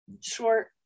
Short